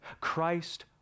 Christ